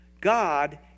God